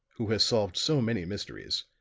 who has solved so many mysteries,